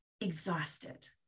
exhausted